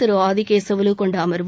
திரு ஆதிகேசவலு கொண்ட அமர்வு